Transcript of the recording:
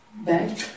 back